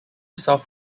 south